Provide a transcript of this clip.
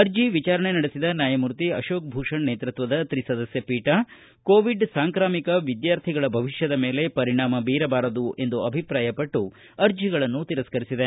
ಅರ್ಜಿ ವಿಚಾರಣೆ ನಡೆಸಿದ ನ್ನಾಯಮೂರ್ತಿ ಅಶೋಕ್ ಭೂಷಣ್ ನೇತೃತ್ವದ ತ್ರಿಸದಸ್ಯ ಪೀಠ ಕೋವಿಡ್ ಸಾಂಕ್ರಾಮಿಕ ವಿದ್ಯಾರ್ಥಿಗಳ ಭವಿಷ್ಯದ ಮೇಲೆ ಪರಿಣಾಮ ಬೀರಬಾರದು ಎಂದು ಅಭಿಪ್ರಾಯಪಟ್ನು ಅರ್ಜಿಗಳನ್ನು ತಿರಸ್ಗರಿಸಿದೆ